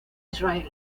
israel